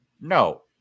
No